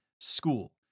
school